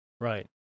Right